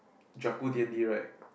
D-and-D right